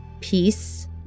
peace